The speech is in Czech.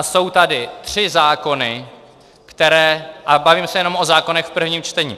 Jsou tady tři zákony, které a bavíme se jenom o zákonech v prvním čtení.